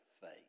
faith